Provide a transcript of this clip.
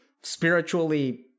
spiritually